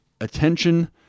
attention